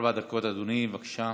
ארבע דקות, אדוני, בבקשה.